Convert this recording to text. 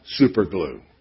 superglue